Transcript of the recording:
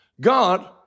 God